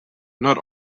not